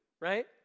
right